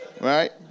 Right